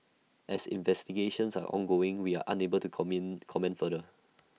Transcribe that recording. as investigations are ongoing we are unable to coming comment further